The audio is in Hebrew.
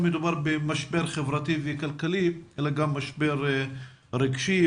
במשבר חברתי וכלכלי אלא גם משבר רגשי,